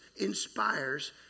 inspires